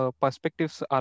perspectives